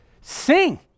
sing